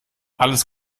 alles